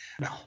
No